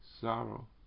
sorrow